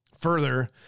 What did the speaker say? Further